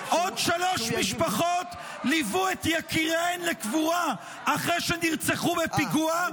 עוד שלוש משפחות ליוו את יקיריהן לקבורה אחרי שנרצחו בפיגוע,